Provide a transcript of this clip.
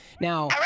Now